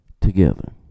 together